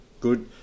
good